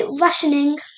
rationing